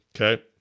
Okay